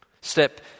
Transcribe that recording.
Step